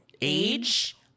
age